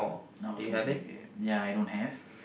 okay okay okay ya I don't have